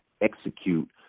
execute